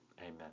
Amen